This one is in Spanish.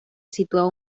situaba